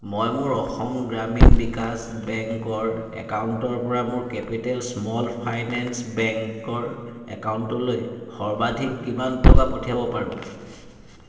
মই মোৰ অসম গ্ৰামীণ বিকাশ বেংকৰ একাউণ্টৰ পৰা মোৰ কেপিটেল স্মল ফাইনেন্স বেংকৰ একাউণ্টলৈ সৰ্বাধিক কিমান টকা পঠিয়াব পাৰো